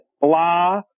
Blah